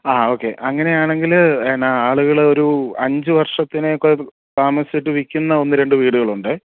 ആ ഓക്കെ അങ്ങനെയാണെങ്കിൽ എന്നാ ആളുകൾ ഒരു അഞ്ചുവർഷത്തിന് ഒക്കെ താമസിച്ചിട്ട് വിൽക്കുന്ന ഒന്ന് രണ്ട് വീടുകളുണ്ട്